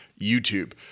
YouTube